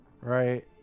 Right